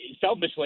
selfishly